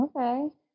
Okay